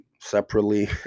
separately